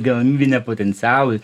gamybiniam potencialui